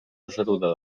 osatuta